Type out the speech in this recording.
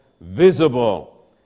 visible